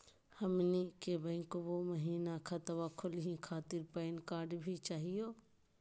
हमनी के बैंको महिना खतवा खोलही खातीर पैन कार्ड भी चाहियो?